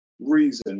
reason